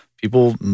people